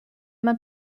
man